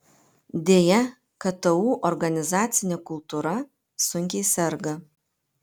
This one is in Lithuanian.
deja ktu organizacinė kultūra sunkiai serga